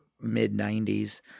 mid-90s